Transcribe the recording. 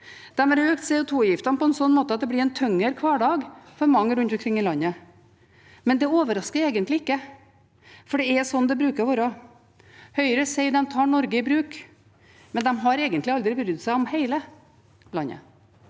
De har økt CO2-avgiftene på en slik måte at det ville blitt en tyngre hverdag for mange rundt omkring i landet. Men det overrasker egentlig ikke, for det er slik det bruker å være. Høyre sier de tar Norge i bruk, men de har egentlig aldri brydd seg om hele landet.